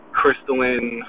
crystalline